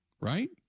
right